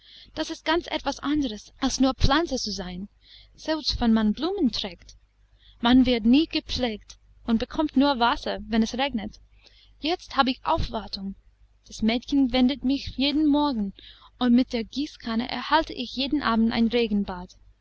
das ist ganz etwas anderes als nur pflanze zu sein selbst wenn man blumen trägt man wird nicht gepflegt und bekommt nur wasser wenn es regnet jetzt habe ich aufwartung das mädchen wendet mich jeden morgen und mit der gießkanne erhalte ich jeden abend ein regenbad